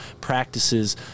practices